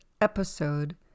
episode